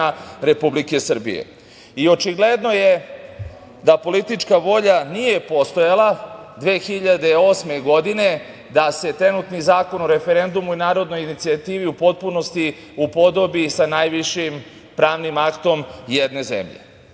Republike Srbije. Očigledno je da politička volja nije postojala 2008. godine, da se trenutni Zakon o referendumu i narodnoj inicijativi u potpunosti upodobi sa najvišim pravnim aktom jedne zemlje.